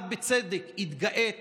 את בצדק התגאית